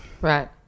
Right